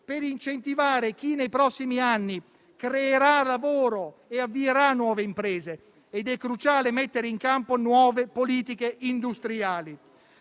per incentivare chi nei prossimi anni creerà lavoro e avvierà nuove imprese ed è cruciale mettere in campo nuove politiche industriali.